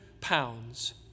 pounds